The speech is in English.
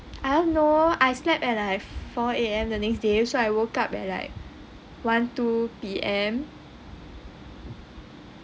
I don't know I slept at like four A_M the next day so I woke up at like one two P_M